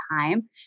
time